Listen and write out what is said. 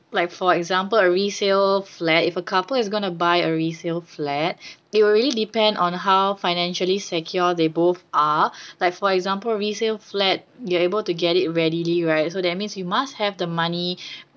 like for example a resale flat if a couple is gonna buy a resale flat it will really depend on how financially secure they both are like for example resale flat you are able to get it readily right so that means you must have the money